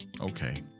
okay